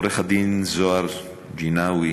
עו"ד זוהר ג'יניאו,